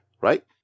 right